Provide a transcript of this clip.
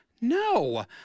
no